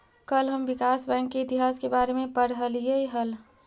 कल हम विकास बैंक के इतिहास के बारे में पढ़लियई हल